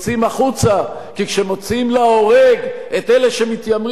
כי כשמוציאים להורג את אלה שמתיימרים להיות בני עמם